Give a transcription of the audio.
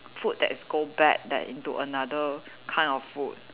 food that is go bad that into another kind of food